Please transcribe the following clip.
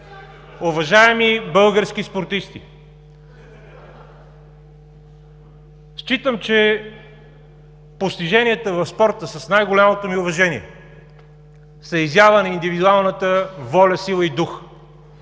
Уважаеми български спортисти! Считам, че постиженията в спорта, с най-голямото ми уважение, са изява на индивидуалната воля, сила и дух.